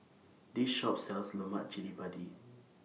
This Shop sells Lemak Cili Padi